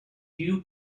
due